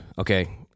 okay